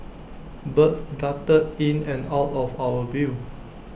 birds darted in and out of our view